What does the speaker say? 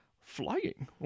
flying